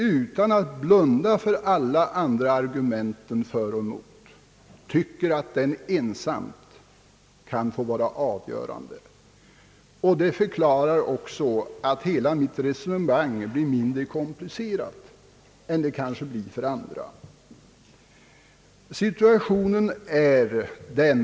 Utan att blunda för alla andra argument för och emot, tycker jag att detta speciella argument ensamt kan få vara avgörande. Detta förklarar också att hela mitt resonemang blir mindre komplicerat än det kanske blir för andra.